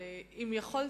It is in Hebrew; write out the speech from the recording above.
ולו יכולתי,